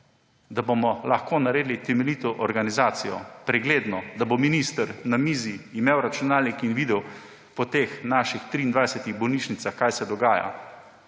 da bomo lahko naredili temeljito organizacijo, pregledno, da bo minister na mizi imel računalnik in videl po teh naših 23 bolnišnicah, kaj se dogaja,